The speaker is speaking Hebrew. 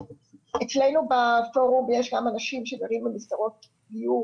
אצלנו בפורום יש כמה אנשים שגרים במסגרות דיור